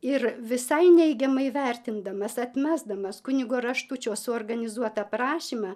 ir visai neigiamai vertindamas atmesdamas kunigo raštučio suorganizuotą prašymą